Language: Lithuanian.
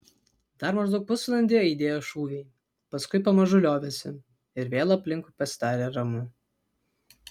dar maždaug pusvalandį aidėjo šūviai paskui pamažu liovėsi ir vėl aplinkui pasidarė ramu